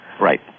Right